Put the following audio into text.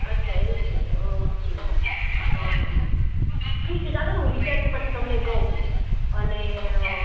અચ્છા એવું છે ઓકે હં હં હં ઠીક છે ચાલોને હું વિચારીને પછી તમને કહું અને